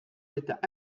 l’état